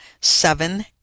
seven